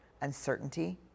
uncertainty